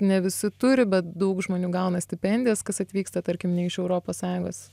ne visi turi bet daug žmonių gauna stipendijas kas atvyksta tarkim ne iš europos sąjungos